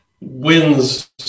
wins